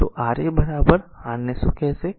તો Ra સંદર્ભ સમય 2625 તે r ને શું કહેશે